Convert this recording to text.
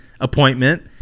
appointment